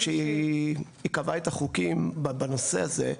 כשהיא קבעה את החוקים בנושא הזה,